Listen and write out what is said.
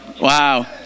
Wow